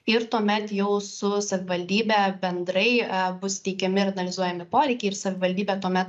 ir tuomet jau su savivaldybe bendrai bus teikiami ir analizuojami poreikiai ir savivaldybė tuomet